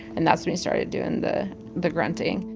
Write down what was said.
and that's when he started doing the the grunting.